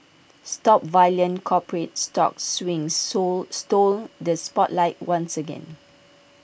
stock violent corporate stock swings soul stole the spotlight once again